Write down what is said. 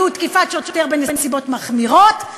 על תקיפת שוטר בנסיבות מחמירות,